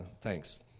thanks